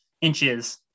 inches